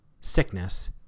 sickness